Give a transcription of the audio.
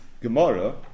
Gemara